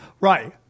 right